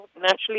naturally